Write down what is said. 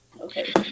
okay